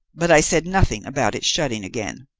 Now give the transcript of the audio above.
but i said nothing about its shutting again.